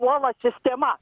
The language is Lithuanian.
puola sistema